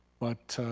but